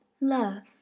love